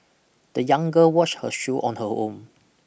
the young girl wash her shoe on her own